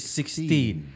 sixteen